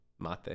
mate